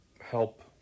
help